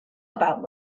about